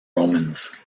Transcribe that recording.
romans